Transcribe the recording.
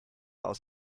aus